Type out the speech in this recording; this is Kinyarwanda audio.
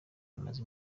imaze